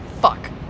Fuck